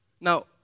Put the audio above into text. Now